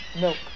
milk